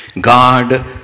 God